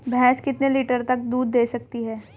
भैंस कितने लीटर तक दूध दे सकती है?